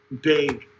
big